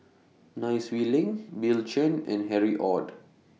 Nai Swee Leng Bill Chen and Harry ORD